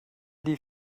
die